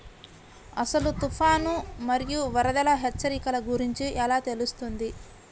అసలు తుఫాను మరియు వరదల హెచ్చరికల గురించి ఎలా తెలుస్తుంది?